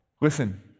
Listen